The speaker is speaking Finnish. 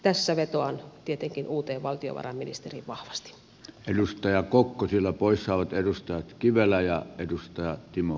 tässä vetoan tietenkin uuteen valtiovarainministeriin vahvasti edustaja kokkoisillä poissaolot edustaa kivellä ja edustaa timo